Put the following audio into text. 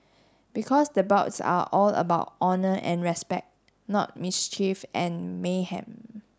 because the bouts are all about honour and respect not mischief and mayhem